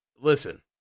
Listen